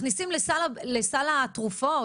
מכניסים לסל התרופות,